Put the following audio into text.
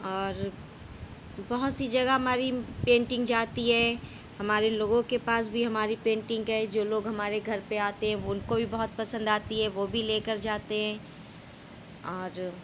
اور بہت سی جگہ ہماری پینٹنگ جاتی ہے ہمارے لوگوں کے پاس بھی ہماری پیٹنگ گئی جو لوگ ہمارے گھر پہ آتے ہیں ان کو بھی بہت پسند آتی ہے وہ بھی لے کر جاتے ہیں اور